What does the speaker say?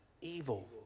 Evil